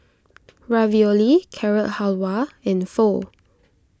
Ravioli Carrot Halwa and Pho